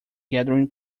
gathering